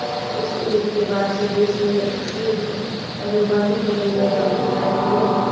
विश्व युद्ध के बाद से देश में युद्ध अनुबंध को लेकर जागरूकता अइलइ हे